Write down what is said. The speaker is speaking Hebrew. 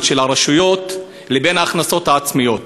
של הרשויות לבין ההכנסות העצמיות.